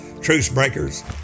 truce-breakers